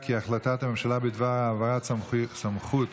בדבר העברת סמכות